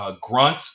Grunt